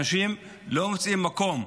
אנשים לא מוצאים מקום,